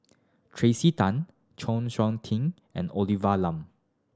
Tracey Tan Chng Seok Tin and Olivia Lum